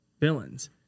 villains